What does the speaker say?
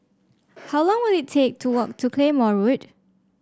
how long will it take to walk to Claymore Road